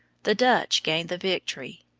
the dutch gained the victory,